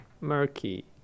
Murky